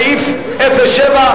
אם כן, רבותי, סעיף 06,